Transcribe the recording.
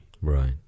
right